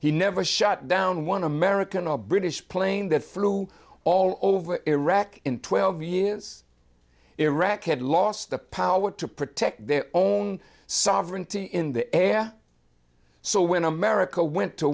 he never shut down one american a british plane that flew all over iraq in twelve years iraq had lost the power to protect their own sovereignty in the air so when america went to